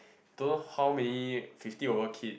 don't know how many fifty over kids